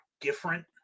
different